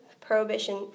prohibition